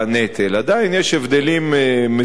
עדיין יש הבדלים מסוימים,